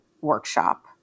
workshop